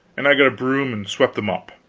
and i got a broom and swept them up.